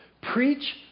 preach